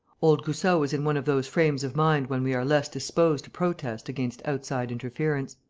old goussot was in one of those frames of mind when we are less disposed to protest against outside interference.